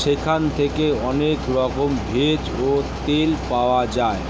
সেখান থেকে অনেক রকমের ভেষজ ও তেল পাওয়া যায়